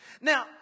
Now